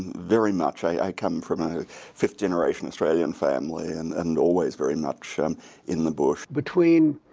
very much. i come from a fifth generation australian family and and always very much um in the bush. between